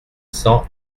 cents